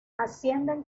ascienden